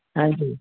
ਹਾਂਜੀ